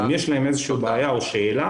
אם יש להם איזושהי בעיה או שאלה,